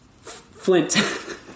Flint